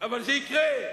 זה יקרה.